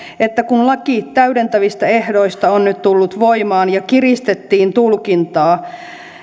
että kun laki täydentävistä ehdoista on nyt tullut voimaan ja kiristettiin tulkintaa